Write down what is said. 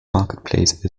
marketplace